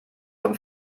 vom